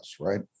right